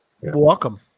Welcome